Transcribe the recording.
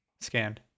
scanned